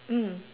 mm